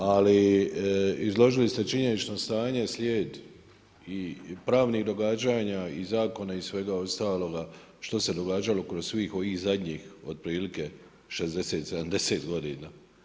Ali izložili ste činjenično stanje, slijed i pravnih događanja i zakona i svega ostaloga što se događalo kroz svih ovih zadnjih otprilike 60, 70 godina.